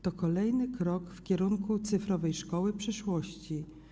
To kolejny krok w kierunku cyfrowej szkoły przyszłości.